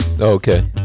Okay